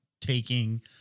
taking